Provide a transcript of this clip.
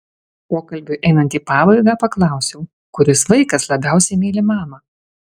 pokalbiui einant į pabaigą paklausiau kuris vaikas labiausiai myli mamą